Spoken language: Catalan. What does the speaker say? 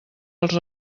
als